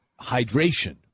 Hydration